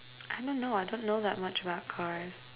I don't know I don't know that much about cars